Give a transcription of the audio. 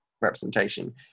representation